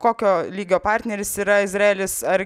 kokio lygio partneris yra izraelis ar